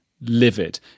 livid